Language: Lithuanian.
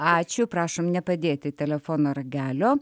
ačiū prašom nepadėti telefono ragelio